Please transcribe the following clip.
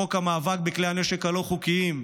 חוק המאבק בכלי הנשק הלא-חוקיים,